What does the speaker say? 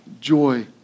joy